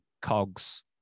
Cogs